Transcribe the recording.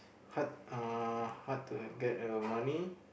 hard uh hard to have get the money